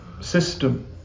system